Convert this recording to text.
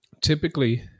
typically